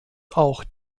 auch